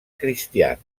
cristians